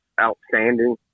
outstanding